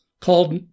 called